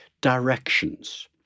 directions